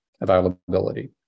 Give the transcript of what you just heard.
availability